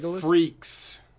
freaks